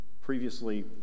previously